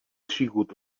sigut